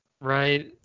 Right